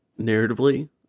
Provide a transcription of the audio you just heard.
narratively